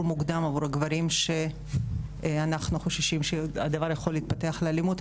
מוקדם עבור גברים כשאנחנו חוששים שהדבר יכול להתפתח לאלימות,